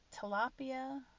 tilapia